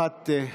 לשבת.